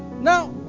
Now